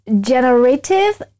Generative